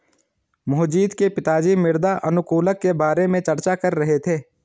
मोहजीत के पिताजी मृदा अनुकूलक के बारे में चर्चा कर रहे थे